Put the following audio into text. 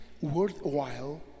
worthwhile